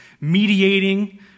mediating